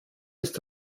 ist